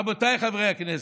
רבותיי חברי הכנסת,